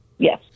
Yes